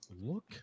Look